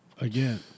again